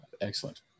Excellent